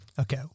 okay